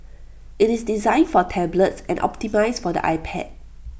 IT is designed for tablets and optimised for the iPad